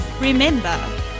Remember